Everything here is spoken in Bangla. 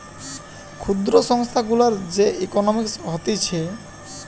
ক্ষুদ্র সংস্থা গুলার যে ইকোনোমিক্স হতিছে